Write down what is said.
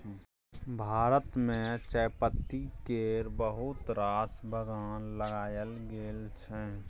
भारत मे चायपत्ती केर बहुत रास बगान लगाएल गेल छै